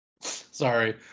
Sorry